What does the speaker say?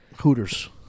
Hooters